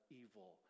evil